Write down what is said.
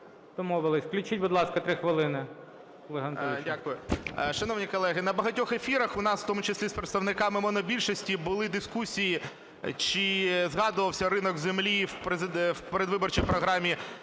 Домовились. Включіть, будь ласка, 3 хвилини.